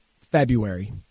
February